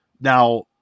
Now